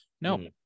no